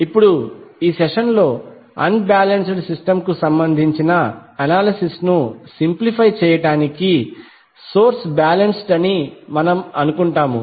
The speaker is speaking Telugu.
ఇప్పుడు ఈ సెషన్ లో అన్ బాలెన్స్డ్ సిస్టమ్ కు సంబంధించిన అనాలిసిస్ ను సింప్లిఫై చేయడానికి సోర్స్ బాలెన్స్డ్ అని మనము అనుకుంటాము